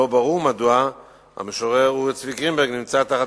לא ברור מדוע המשורר אורי צבי גרינברג נמצא תחת